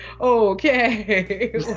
okay